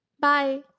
Bye